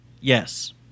Yes